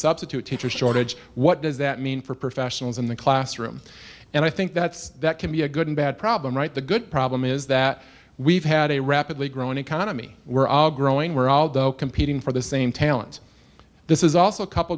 substitute teacher shortage what does that mean for professionals in the classroom and i think that's that can be a good and bad problem right the good problem is that we've had a rapidly growing economy we're growing where although competing for the same talent this is also couple